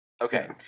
Okay